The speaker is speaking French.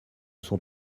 sont